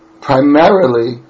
primarily